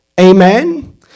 amen